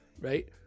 right